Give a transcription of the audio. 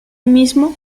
mismo